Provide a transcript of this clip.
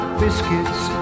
biscuits